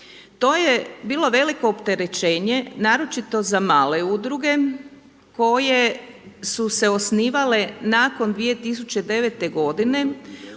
To je bilo veliko opterećenje naročito za male udruge koje su se osnivale nakon 2009. godine.